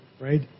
right